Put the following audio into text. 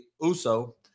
uso